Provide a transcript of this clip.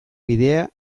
bidea